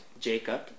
jacob